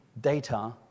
data